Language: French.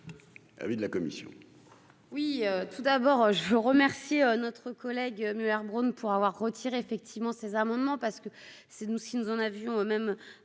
oui, de la commission. Oui, tout d'abord, je remercie notre collègue Müller Bronn pour avoir retiré effectivement ces amendements parce que. C'est nous, si nous en avions eux-même